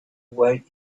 wait